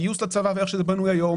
הגיוס לצבא ואיך שזה בנוי היום,